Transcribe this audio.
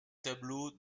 tableaux